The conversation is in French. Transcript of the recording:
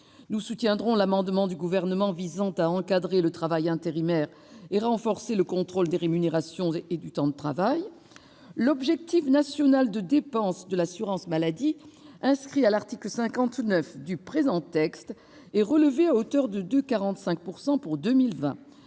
Nous soutiendrons l'amendement du Gouvernement visant à encadrer le travail intérimaire et à renforcer le contrôle des rémunérations et des temps de travail. L'objectif national de dépenses d'assurance maladie, inscrit à l'article 59 du présent texte, est relevé à hauteur de 2,45 % pour 2020.